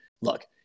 look